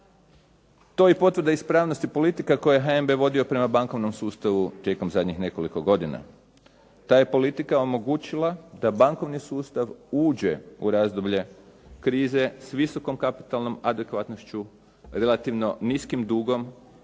je i potvrda ispravnosti politike koju je HNB vodio prema bankovnom sustavu tijekom zadnjih nekoliko godina. Ta je politika omogućila da bankovni sustav uđe u razdoblje krize s visokom kapitalnom adekvatnošću, relativno niskim dugom,